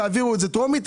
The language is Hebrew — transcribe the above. תעבירו את זה טרומית,